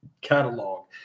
catalog